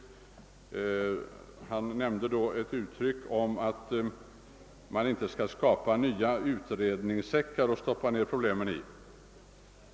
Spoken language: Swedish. Kommunikatiorsministern använde då uttrycket att man inte skall skapa nya utredningssäckar för att stoppa ned problemen i.